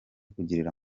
kugirira